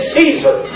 Caesar